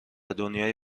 دنیای